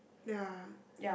yeah